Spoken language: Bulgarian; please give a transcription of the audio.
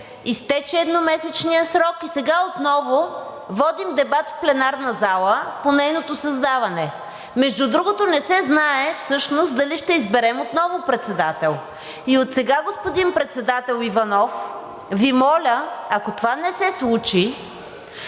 изтече едномесечният срок и сега отново водим дебат в пленарна зала по нейното създаване. Между другото, не се знае всъщност дали ще изберем отново председател. И отсега, господин председател Иванов, Ви моля, ако това не се случи,